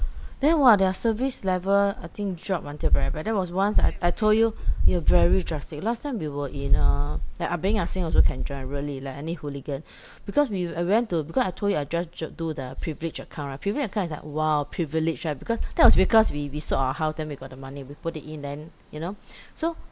then !wah! their service level I think drop until very bad there was once I I told you ya very drastic last time we were in uh like ah beng ah seng also can join really leh any hooligan because we I went to because I told you I just do the privilege account right privilege account is like !wow! privilege right because that was because we we sold our house then we got the money we put it in then you know so